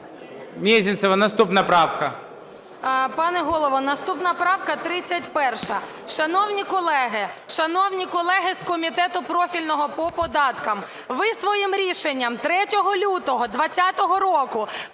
Мезенцева, наступна правка.